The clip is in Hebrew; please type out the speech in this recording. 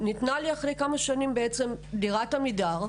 לאחר כמה שנים ניתנה לי דירת "עמידר"